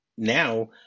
now